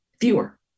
fewer